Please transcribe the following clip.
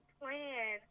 plan